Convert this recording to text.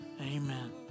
amen